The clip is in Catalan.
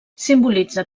simbolitza